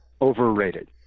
Overrated